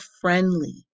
friendly